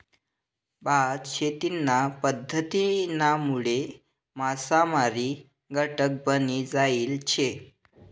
भात शेतीना पध्दतीनामुळे मासामारी घटक बनी जायल शे